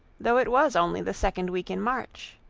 though it was only the second week in march.